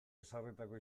ezarritako